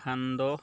সান্দহ